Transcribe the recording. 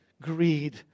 Greed